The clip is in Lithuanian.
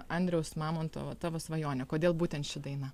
andriaus mamontovo tavo svajonė kodėl būtent ši daina